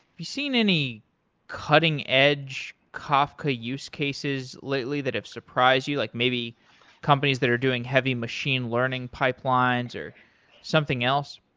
you seen any cutting-edge kafka use cases lately that have surprised you? like maybe companies that are doing heavy machine learning pipelines or something else?